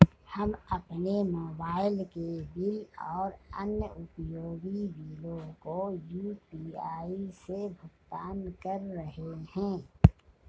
हम अपने मोबाइल के बिल और अन्य उपयोगी बिलों को यू.पी.आई से भुगतान कर रहे हैं